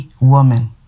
woman